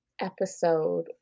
episode